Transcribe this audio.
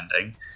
ending